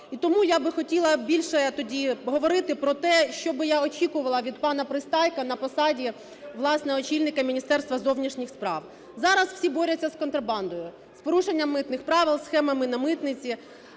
І тому я би хотіла більше тоді говорити про те, що би я очікувала від пана Пристайка на посаді, власне, очільника Міністерства зовнішніх справ. Зараз всі борються з контрабандою, з порушенням митних правил, схемами на митниці,